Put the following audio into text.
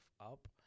up